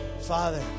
Father